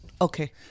Okay